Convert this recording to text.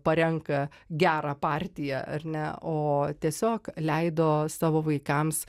parenka gerą partiją ar ne o tiesiog leido savo vaikams